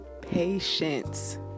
patience